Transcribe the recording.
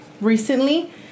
recently